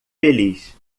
feliz